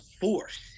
force